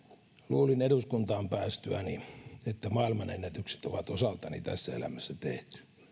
luulin eduskuntaan päästyäni että maailmanennätykset on osaltani tässä elämässä tehty ei ollut